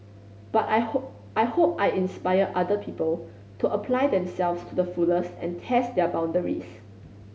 but I hope I hope I inspire other people to apply themselves to the fullest and test their boundaries